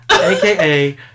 AKA